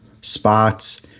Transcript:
spots